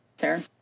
sir